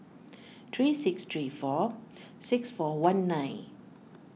three six three four six four one nine